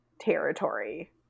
territory